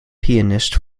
pianist